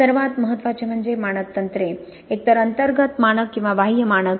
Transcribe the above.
सर्वात महत्वाचे म्हणजे मानक तंत्रे एकतर अंतर्गत मानक किंवा बाह्य मानक